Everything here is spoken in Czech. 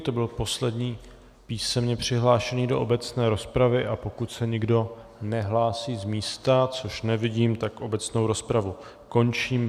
To byl poslední písemně přihlášený do obecné rozpravy, a pokud se nikdo nehlásí z místa, což nevidím, tak obecnou rozpravu končím.